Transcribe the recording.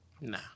Nah